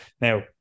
now